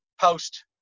post